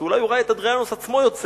שאולי הוא ראה את אדריאנוס עצמו יוצא,